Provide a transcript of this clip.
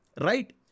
right